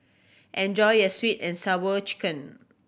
enjoy your Sweet And Sour Chicken